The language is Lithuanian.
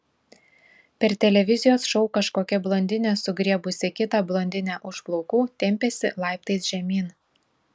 per televizijos šou kažkokia blondinė sugriebusi kitą blondinę už plaukų tempėsi laiptais žemyn